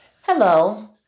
Hello